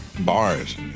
bars